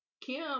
Kim